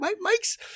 Mike's –